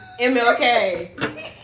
MLK